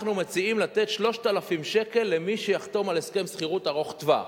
אנחנו מציעים לתת 3,000 שקל למי שיחתום על הסכם שכירות ארוך-טווח.